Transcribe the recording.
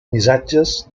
missatges